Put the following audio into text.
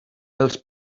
els